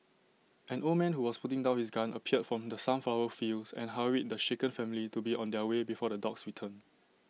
an old man who was putting down his gun appeared from the sunflower fields and hurried the shaken family to be on their way before the dogs return